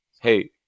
hey